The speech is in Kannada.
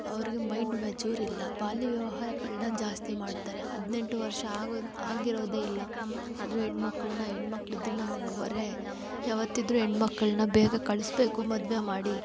ಅವ್ರಿಗೆ ಮೈಂಡ್ ಮೆಚೂರ್ ಇಲ್ಲ ಬಾಲ್ಯವಿವಾಹಗಳನ್ನ ಜಾಸ್ತಿ ಮಾಡ್ತಾರೆ ಹದಿನೆಂಟು ವರ್ಷ ಆಗೋದು ಆಗಿರೋದೇ ಇಲ್ಲ ಆದರೂ ಹೆಣ್ಣು ಮಕ್ಕಳ್ನ ಹೆಣ್ಣು ಮಕ್ಕಳಿದ್ರೆ ನಮ್ಗೆ ಹೊರೆ ಯಾವತ್ತಿದ್ದರೂ ಹೆಣ್ಣು ಮಕ್ಕಳನ್ನ ಬೇಗ ಕಳಿಸ್ಬೇಕು ಮದುವೆ ಮಾಡಿ